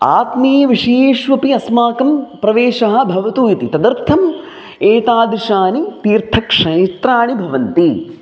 आत्मीयविषयेष्वपि अस्माकं प्रवेशः भवतु इति तदर्थम् एतादृशानि तीर्थक्षेत्राणि भवन्ति